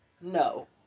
No